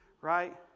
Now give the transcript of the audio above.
right